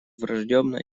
враждебно